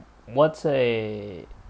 what say